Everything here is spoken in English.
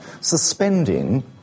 suspending